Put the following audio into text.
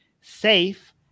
safe